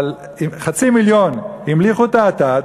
אבל חצי מיליון המליכו את האטד.